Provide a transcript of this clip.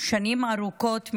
שנים ארוכות,